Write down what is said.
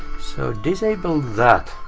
so disable that.